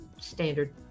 standard